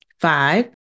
Five